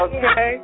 Okay